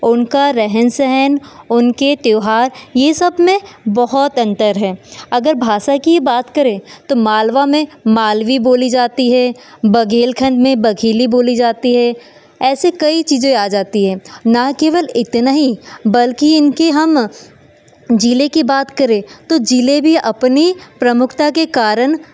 उनका रहन सहन उनके त्योहार यह सब में बहुत अंतर है अगर भाषा की ही बात करें तो मालवा में मालवी बोली जाती है बघेलखंड में बघेली बोली जाती है ऐसे कई चीज़ें आ जाती है न केवल इतना ही बल्कि इनकी हम ज़िले की बात करें तो ज़िले भी अपनी प्रमुखता के कारण